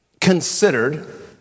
considered